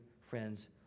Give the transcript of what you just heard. friends